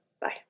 Bye